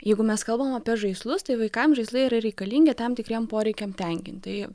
jeigu mes kalbam apie žaislus tai vaikam žaislai yra reikalingi tam tikriem poreikiam tenkinti tai